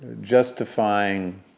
justifying